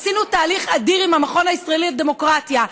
עשינו תהליך אדיר עם המכון הישראלי לדמוקרטיה?